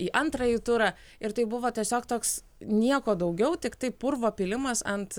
į antrąjį turą ir tai buvo tiesiog toks nieko daugiau tiktai purvo pylimas ant